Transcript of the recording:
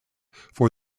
for